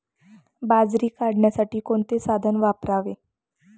बाजरी काढण्यासाठी कोणते साधन वापरावे?